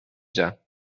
جان